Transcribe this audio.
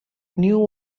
knew